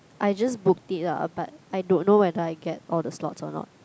I just booked it lah but I don't know whether I get all the slots or not